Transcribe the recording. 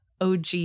OG